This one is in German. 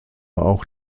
auch